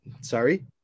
Sorry